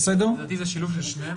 לדעתי זה שילוב של שניהם.